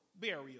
burial